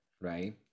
right